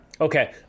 Okay